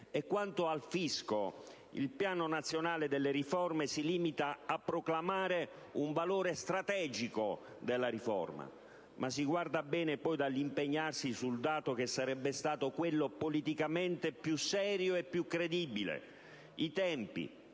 Quanto al fisco, il Programma nazionale di riforma si limita a proclamare un valore strategico della riforma, ma si guarda bene poi dall'impegnarsi sul dato che sarebbe stato quello politicamente più serio e più credibile, cioè i